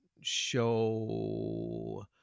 show